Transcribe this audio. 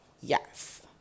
yes